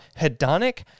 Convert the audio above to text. hedonic